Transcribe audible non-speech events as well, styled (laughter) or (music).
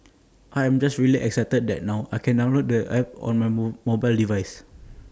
I am just really excited that now I can download the app on my (unintelligible) mobile devices